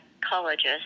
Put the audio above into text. psychologist